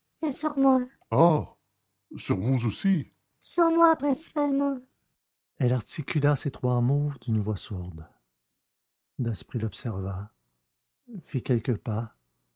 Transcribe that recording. et sur moi ah sur vous aussi sur moi principalement elle articula ces trois mots d'une voix sourde daspry l'observa fit quelques pas